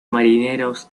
marineros